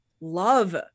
love